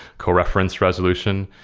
core reference resolution,